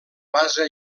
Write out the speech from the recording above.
base